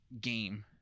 game